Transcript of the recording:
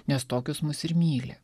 nes tokius mus ir myli